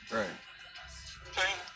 Right